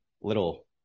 little